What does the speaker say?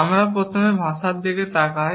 আমরা প্রথমে ভাষার দিকে তাকাই